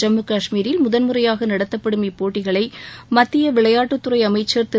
ஜம்மு காஷ்மீரில் முதன்முறையாக நடத்தப்படும் இப்போட்டிகளை மத்திய விளையாட்டுத்துறை அமைச்சர் திரு